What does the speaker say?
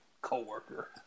co-worker